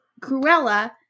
Cruella